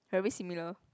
very similar